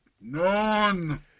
None